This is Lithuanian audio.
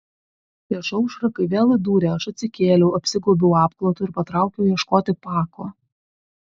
prieš aušrą kai vėl įdūrė aš atsikėliau apsigaubiau apklotu ir patraukiau ieškoti pako